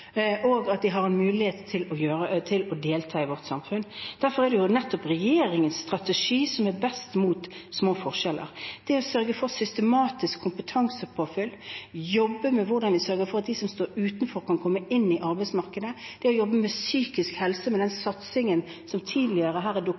og at de har en mulighet til å delta i vårt samfunn. Derfor er det nettopp regjeringens strategi som er best mot små forskjeller. Det er å sørge for systematisk kompetansepåfyll, jobbe med hvordan vi sørger for at de som står utenfor, kan komme inn i arbeidsmarkedet, det er å jobbe med psykisk helse – med den